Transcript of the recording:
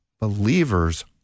Believers